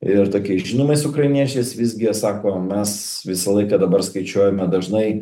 ir tokiais žinomais ukrainiečiais visgi jie sako mes visą laiką dabar skaičiuojame dažnai